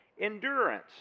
endurance